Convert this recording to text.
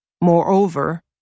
Moreover